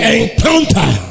encounter